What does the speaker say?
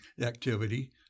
activity